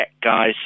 guys